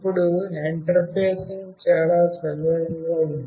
ఇప్పుడు ఇంటర్ఫేసింగ్ చాలా సరళంగా ఉంది